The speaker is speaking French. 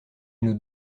nous